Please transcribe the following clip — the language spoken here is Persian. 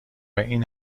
این